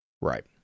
Right